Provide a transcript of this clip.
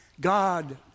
God